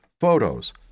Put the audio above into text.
photos